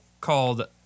called